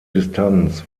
distanz